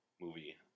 movie